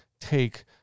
take